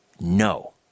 no